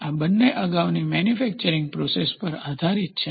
આ બંને અગાઉની મેન્યુફેકચરીંગ પ્રોસેસ પર આધારિત છે